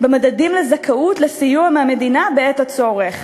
במדדים לזכאות לסיוע מהמדינה בעת הצורך.